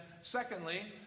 secondly